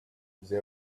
they